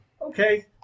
Okay